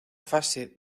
fase